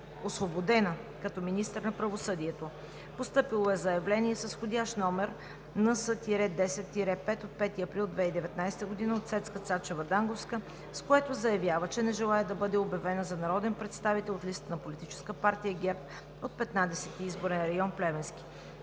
освободена като министър на правосъдието. Постъпило е заявление с вх. № НС-10-5 от 5 април 2019 г., от Цецка Цачева Данговска, с което заявява, че не желае да бъде обявена за народен представител от листата на ПП ГЕРБ от Петнадесети изборен район – Плевенски.